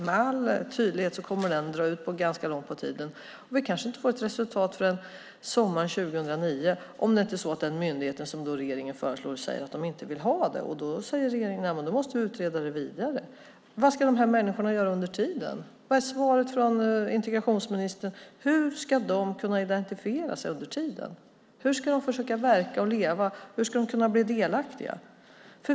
Med all säkerhet kommer den att dra ut på tiden. Vi kanske inte får ett resultat förrän sommaren 2009. Om den myndighet som regeringen då föreslår inte vill ha det säger regeringen att man måste utreda det vidare. Vad ska dessa människor göra under tiden? Vad är svaret från integrationsministern? Hur ska de kunna identifiera sig under tiden? Hur ska de försöka verka och leva? Hur ska de kunna bli delaktiga?